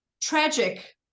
tragic